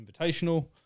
Invitational